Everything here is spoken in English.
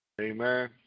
Amen